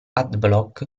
adblock